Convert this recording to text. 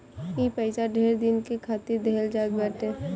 ई पइसा ढेर दिन के खातिर देहल जात बाटे